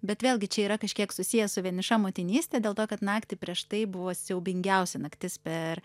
bet vėlgi čia yra kažkiek susiję su vieniša motinystė dėl to kad naktį prieš tai buvo siaubingiausia naktis per